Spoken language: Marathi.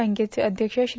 बँकेचे अध्यक्ष श्री